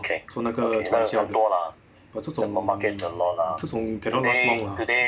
做那个创销比较 but 这种 这种 cannot last long lah